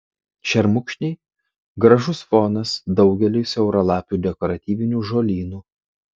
šermukšniai gražus fonas daugeliui siauralapių dekoratyvinių žolynų